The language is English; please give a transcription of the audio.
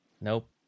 nope